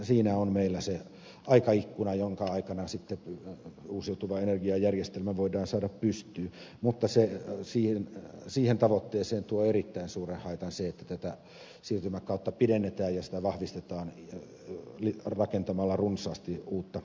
siinä on meillä se aikaikkuna jonka aikana uusiutuva energiajärjestelmä voidaan sitten saada pystyyn mutta siihen tavoitteeseen tuo erittäin suuren haitan se että tätä siirtymäkautta pidennetään ja sitä vahvistetaan rakentamalla runsaasti uutta ydinvoimaa